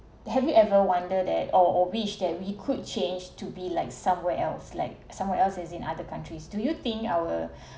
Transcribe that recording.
have you ever wonder that or or wish that we could change to be like somewhere else like somewhere else as in other countries do you think our